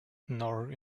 nor